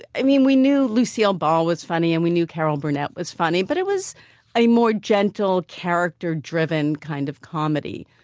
i mean, we knew lucille ball was funny, and we knew carol burnett was funny, but it was a more gentle-character-driven kind of comedy.